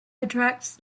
attracts